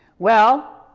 well,